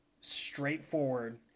straightforward